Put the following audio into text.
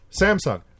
Samsung